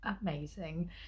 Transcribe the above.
amazing